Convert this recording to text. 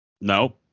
No